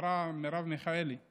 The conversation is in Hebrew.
השרה מרב מיכאלי,